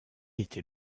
était